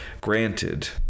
Granted